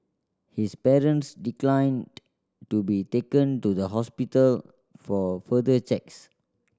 his parents declined to be taken to the hospital for further checks